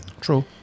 True